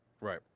right